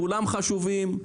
כולם חשובים,